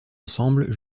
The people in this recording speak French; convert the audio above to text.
ensemble